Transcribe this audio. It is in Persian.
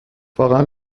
واقعا